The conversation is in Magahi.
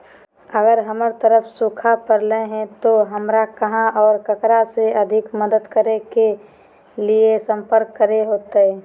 अगर हमर तरफ सुखा परले है तो, हमरा कहा और ककरा से आर्थिक मदद के लिए सम्पर्क करे होतय?